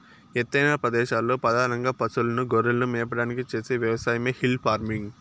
ఎత్తైన ప్రదేశాలలో పధానంగా పసులను, గొర్రెలను మేపడానికి చేసే వ్యవసాయమే హిల్ ఫార్మింగ్